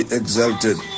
exalted